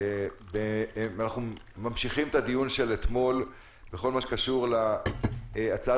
ואנחנו ממשיכים את הדיון של אתמול בכל מה שקשור להצעת